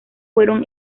fueron